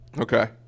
Okay